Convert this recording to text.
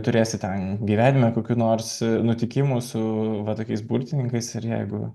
turėsite ten gyvenime kokių nors nutikimų su va tokiais burtininkais ir jeigu